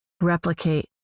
replicate